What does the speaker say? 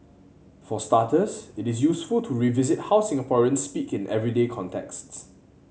for starters it is useful to revisit how Singaporeans speak in everyday contexts